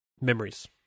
memories